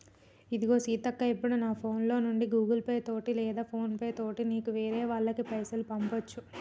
ఇదిగో సీతక్క ఇప్పుడు నా ఫోన్ లో నుండి గూగుల్ పే తోటి లేదా ఫోన్ పే తోటి నీకు వేరే వాళ్ళకి పైసలు పంపొచ్చు